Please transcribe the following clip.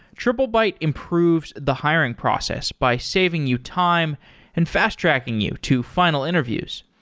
triplebyte improves the hiring process by saving you time and fast-tracking you to final interviews.